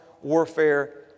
warfare